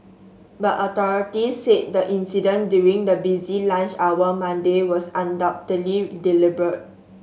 but authorities said the incident during the busy lunch hour Monday was undoubtedly deliberate